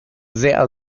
sehr